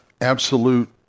absolute